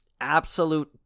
Absolute